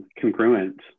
congruent